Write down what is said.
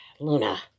Luna